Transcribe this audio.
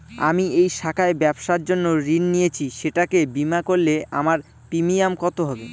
আমি এই শাখায় ব্যবসার জন্য ঋণ নিয়েছি সেটাকে বিমা করলে আমার প্রিমিয়াম কত হবে?